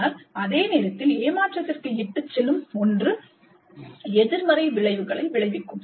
ஆனால் அதே நேரத்தில் ஏமாற்றத்திற்கு இட்டுச்செல்லும் ஒன்று எதிர்மறை விளைவுகளை விளைவிக்கும்